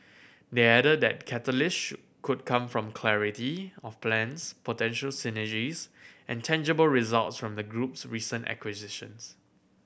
they added that catalyst could come from clarity of plans potential synergies and tangible results from the group's recent acquisitions